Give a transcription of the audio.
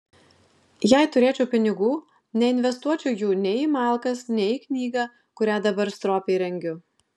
jei turėčiau pinigų neinvestuočiau jų nei į malkas nei į knygą kurią dabar stropiai rengiu